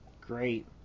great